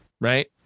right